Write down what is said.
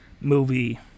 movie